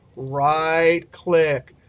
right click,